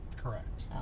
correct